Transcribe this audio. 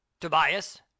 Tobias